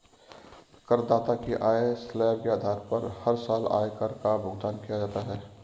करदाता की आय स्लैब के आधार पर हर साल आयकर का भुगतान किया जाता है